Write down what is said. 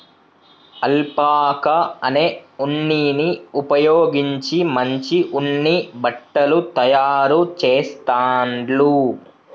alpaca అనే ఉన్నిని ఉపయోగించి మంచి ఉన్ని బట్టలు తాయారు చెస్తాండ్లు